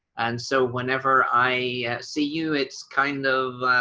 and so whenever i see you, it's kind of